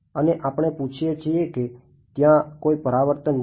અને આપણે પૂછીએ છીએ કે ત્યાં કોઈ પરાવર્તન છે